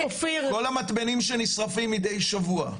כל המתבנים שנשרפים מדי שבוע.